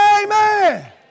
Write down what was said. Amen